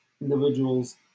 individuals